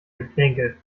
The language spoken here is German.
geplänkel